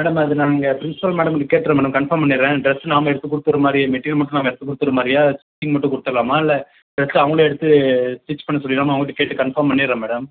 madam அது நான் இங்கே ப்ரின்ஸிபல் மேடம்ட்ட கேட்டுடுறேன் மேடம் கன்ஃபார்ம் பண்ணிறேன் டிரஸ் நாம் எடுத்து கொடுத்துற மாதிரி மெட்டீரியல் மட்டும் நாம் எடுத்து கொடுத்துற மாதிரியா ஸ்டிச்சிங்க் மட்டும் கொடுத்துர்லாமா இல்லை டிரஸ்ஸு அவங்களே எடுத்து ஸ்டிட்ச் பண்ண சொல்லிடலாமானு அவங்கள்ட்ட கேட்டு கன்ஃபார்ம் பண்ணிறேன் மேடம்